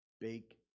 bake